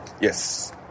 Yes